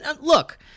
look